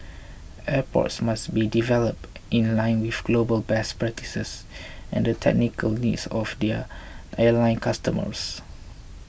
airports must be developed in line with global best practices and the technical needs of their airline customers